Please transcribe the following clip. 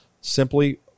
simply